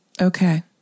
okay